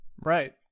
Right